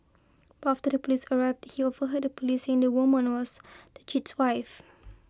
but after the police arrived he overheard the police saying the woman was the cheat's wife